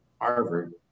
Harvard